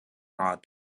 rat